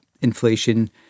inflation